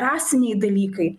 rasiniai dalykai